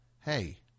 Hey